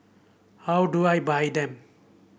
how do I buy them